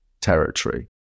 territory